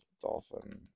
dolphin